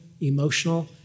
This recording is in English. emotional